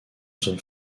zone